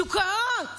מדוכאות,